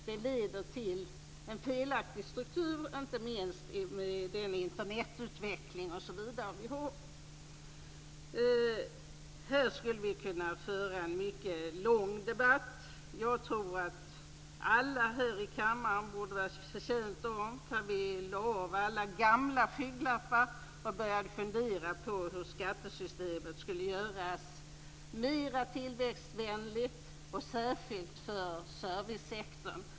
Det leder till en felaktig struktur, inte minst med den Internetutveckling osv. som vi har. Vi skulle här kunna föra en mycket lång debatt. Jag tror att alla här i kammaren skulle tjäna på att vi lade av alla gamla skygglappar och började fundera på hur skattesystemet kan göras mera tillväxtvänligt, särskilt för servicesektorn.